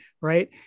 Right